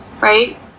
Right